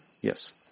yes